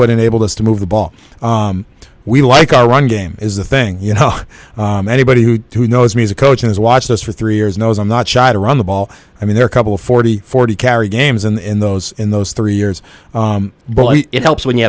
what enabled us to move the ball we like our running game is the thing you know anybody who knows me as a coach has watched us for three years knows i'm not shy to run the ball i mean there are a couple of forty forty carry games in those in those three years but it helps when you